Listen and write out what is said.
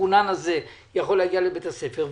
המחונן הזה יכול להגיע לבית הספר,